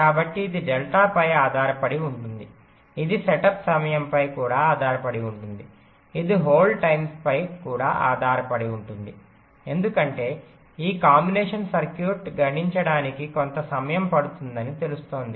కాబట్టి ఇది డెల్టాపై ఆధారపడి ఉంటుంది ఇది సెటప్ సమయంపై కూడా ఆధారపడి ఉంటుంది ఇది హోల్డ్ టైమ్పై కూడా ఆధారపడి ఉంటుంది ఎందుకంటే ఈ కాంబినేషన్ సర్క్యూట్ గణించడానికి కొంత సమయం పడుతుందని తెలుస్తోంది